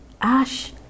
Ash